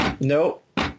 Nope